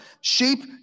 sheep